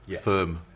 firm